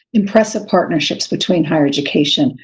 impressive partnerships between higher education,